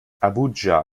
abuja